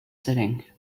setting